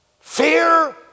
Fear